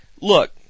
look